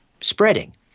spreading